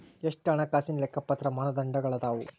ಎಷ್ಟ ಹಣಕಾಸಿನ್ ಲೆಕ್ಕಪತ್ರ ಮಾನದಂಡಗಳದಾವು?